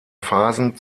phasen